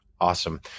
Awesome